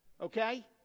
Okay